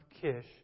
Kish